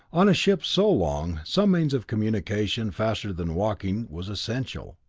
on a ship so long, some means of communication faster than walking was essential.